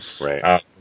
Right